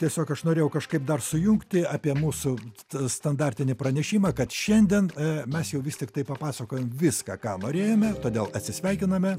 tiesiog aš norėjau kažkaip dar sujungti apie mūsų standartinį pranešimą kad šiandien mes jau vis tiktai papasakojom viską ką norėjome todėl atsisveikiname